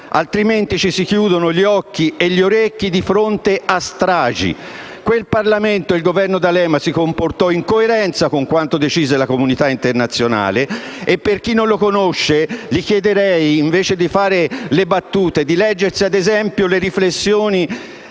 Altrimenti si chiudono gli occhi e le orecchie di fronte alle stragi. Quel Parlamento e il Governo D'Alema si comportarono in coerenza con quanto decise la comunità internazionale. A chi non lo conosce chiederei, invece di fare battute, di leggere le riflessioni